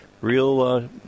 real